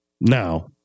Now